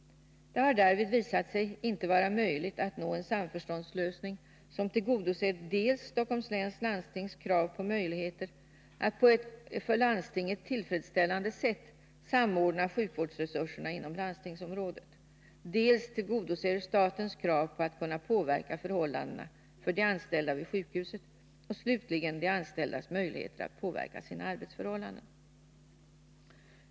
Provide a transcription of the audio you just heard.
Det har därvid visat sig inte vara möjligt att nå en samförståndslösning som tillgodoser dels Stockholms läns landstings krav på möjligheter att på ett för landstinget tillfredsställande sätt samordna sjukvårdsresurserna inom landstingsområdet, dels statens krav på att kunna påverka förhållandena för de anställda vid sjukhuset och slutligen de anställdas krav på möjligheter att påverka sina arbetsförhållanden.